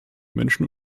menschen